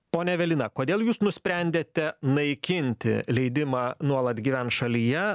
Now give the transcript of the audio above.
ponia evelina kodėl jūs nusprendėte naikinti leidimą nuolat gyvent šalyje